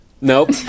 Nope